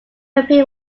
appear